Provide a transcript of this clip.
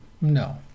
No